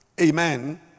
Amen